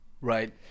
Right